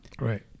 right